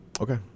Okay